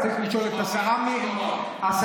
צריך לשאול את השרה מרב מיכאלי,